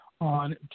On